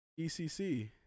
ECC